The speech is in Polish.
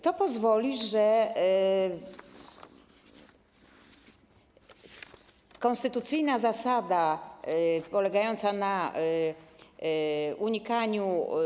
To pozwoli na to, żeby konstytucyjna zasada polegająca na unikaniu.